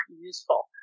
useful